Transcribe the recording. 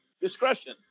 Discretion